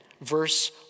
verse